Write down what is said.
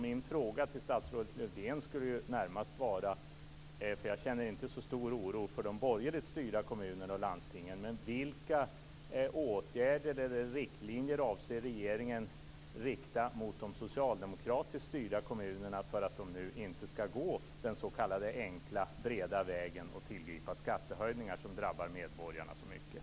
Min fråga till statsrådet skulle närmast vara - jag känner inte så stor oro för de borgerligt styrda kommunerna och landstingen: Vilka åtgärder eller riktlinjer avser regeringen att rikta mot de socialdemokratiskt styrda kommunerna för att de inte skall gå den s.k. enkla breda vägen och tillgripa skattehöjningar som drabbar medborgarna så hårt?